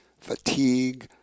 fatigue